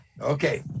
okay